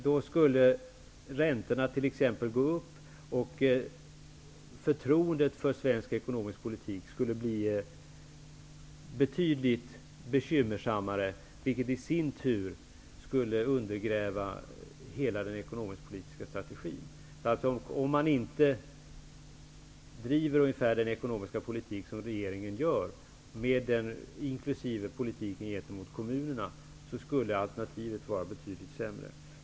Då skulle t.ex. räntorna gå upp. Förtroendet för svensk ekonomisk politik skulle bli betydligt sämre. Det skulle i sin tur undergräva hela den ekonomiskt-politiska strategin. Om man inte driver ungefär den ekonomiska politik som regeringen gör, inkl. politiken gentemot kommunerna, skulle alternativet vara betydligt sämre.